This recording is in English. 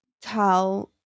tell